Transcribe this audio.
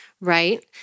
right